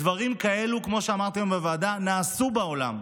דברים כאלו, כמו שאמרתי היום בוועדה, נעשו בעולם.